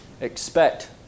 expect